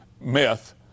myth